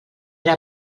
era